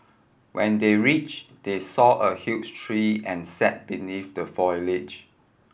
when they reach they saw a huge tree and sat beneath the foliage